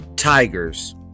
Tigers